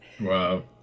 Wow